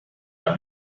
her